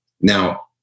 Now